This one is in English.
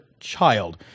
child